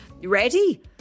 Ready